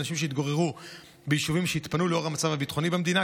אנשים שהתגוררו ביישובים שהתפנו לאור המצב הביטחוני במדינה,